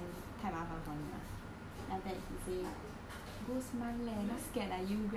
then after that he say ghost month leh not scared ah you grab back